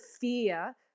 fear